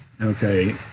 okay